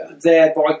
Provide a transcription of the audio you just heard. thereby